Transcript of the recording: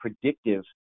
predictive